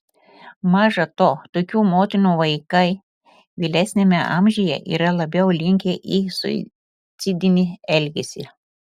maža to tokių motinų vaikai vėlesniame amžiuje yra labiau linkę į suicidinį elgesį